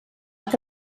que